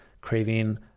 craving